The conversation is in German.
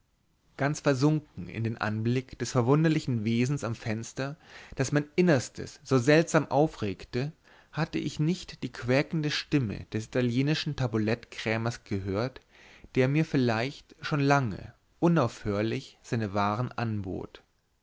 ganz versunken in den anblick des verwunderlichen wesens am fenster das mein innerstes so seltsam aufregte hatte ich nicht die quäkende stimme des italienischen tabulettkrämers gehört der mir vielleicht schon lange unaufhörlich seine waren anbot